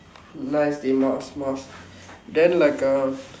nice dey mass mass maas then like uh